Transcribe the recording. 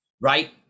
Right